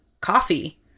coffee